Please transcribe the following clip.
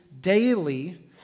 daily